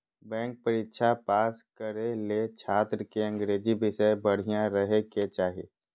bank परीक्षा pass करे ले छात्र के अंग्रेजी विषय बढ़िया रहे के चाही